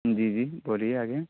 جی جی بولیے آگے